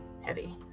heavy